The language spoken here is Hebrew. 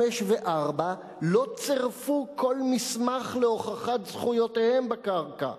5 ו-4 לא צירפו כל מסמך להוכחת זכויותיהם בקרקע,